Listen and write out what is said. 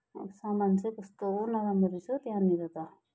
सामान चाहिँ कस्तो नराम्रो रहेछ हौ त्यहाँनिर त